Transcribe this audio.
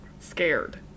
scared